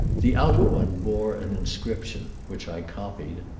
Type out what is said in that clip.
the outer one bore an inscription, which i copied